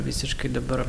visiškai dabar